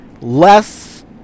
less